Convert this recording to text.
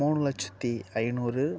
மூணு லட்சத்தி ஐநூறு